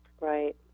right